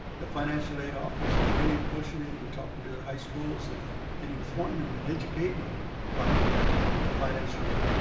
the financial aid office is really pushing it and talking to the high schools and and informing em and educating em about ah but the financial aid.